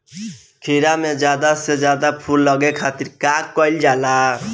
खीरा मे ज्यादा से ज्यादा फूल लगे खातीर का कईल जाला?